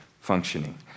functioning